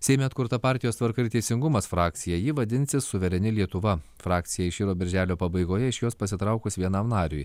seime atkurta partijos tvarka ir teisingumas frakcija ji vadinsis suvereni lietuva frakcija iširo birželio pabaigoje iš jos pasitraukus vienam nariui